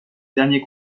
dernier